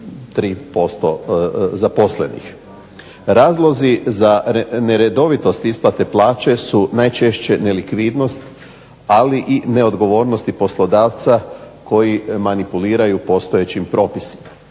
1,3% zaposlenih. Razlozi za neredovitost isplate plaće su najčešće nelikvidnost ali i neodgovornosti poslodavca koji manipuliraju postojećim propisima.